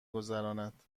گذراند